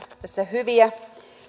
tässä monia hyviä